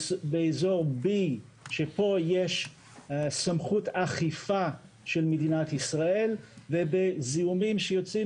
באזור B שפה יש סמכות אכיפה של מדינת ישראל ובזיהומים שיוצאים